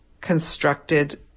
constructed